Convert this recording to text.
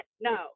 No